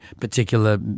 particular